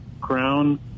crown